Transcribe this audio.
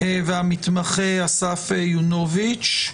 והמתמחה אסף יונוביץ.